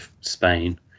Spain